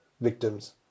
victims